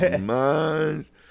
minds